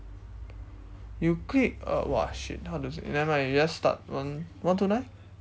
you click uh !wah! shit how to see never mind you just start one one two nine